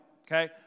okay